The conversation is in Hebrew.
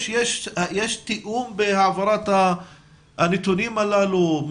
יש תיאום בהעברת הנתונים הללו?